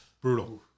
Brutal